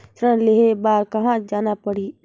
ऋण लेहे बार कहा जाना पड़ही?